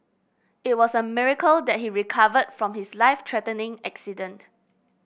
it was a miracle that he recovered from his life threatening accident